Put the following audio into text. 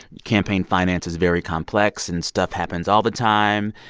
campaign finance is very complex. and stuff happens all the time.